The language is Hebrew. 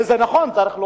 וזה נכון, צריך להודות,